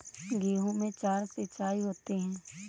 गेहूं में चार सिचाई होती हैं